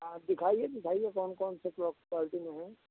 हाँ दिखाइए दिखाइए कौन कौन से क्वाल्टी में हैं